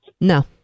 No